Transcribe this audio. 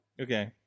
Okay